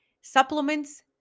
Supplements